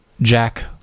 Jack